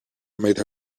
made